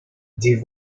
die